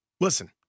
Listen